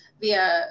via